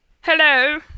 Hello